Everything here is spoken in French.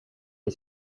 est